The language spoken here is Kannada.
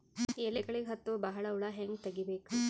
ಎಲೆಗಳಿಗೆ ಹತ್ತೋ ಬಹಳ ಹುಳ ಹಂಗ ತೆಗೀಬೆಕು?